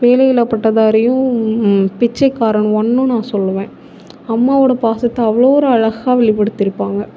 வேலையில்லா பட்டதாரியும் பிச்சைக்காரன் ஒன்றும் நான் சொல்லுவேன் அம்மாவோடய பாசத்தை அவ்வளோ ஒரு அழகாக வெளிப்படுத்தியிருப்பாங்க